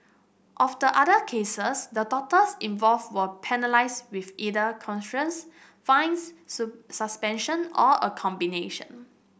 of the other cases the doctors involved were penalised with either fines suspension or a combination